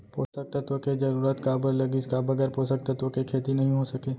पोसक तत्व के जरूरत काबर लगिस, का बगैर पोसक तत्व के खेती नही हो सके?